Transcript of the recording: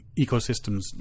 ecosystems